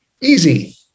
easy